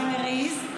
לא נפריע לפריימריז.